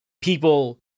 people